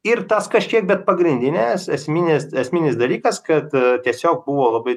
ir tas kažkiek bet pagrindinės esminės esminis dalykas kad tiesiog buvo labai